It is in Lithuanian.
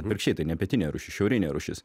atvirkščiai tai ne pietinė rūšis šiaurinė rūšis